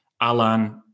Alan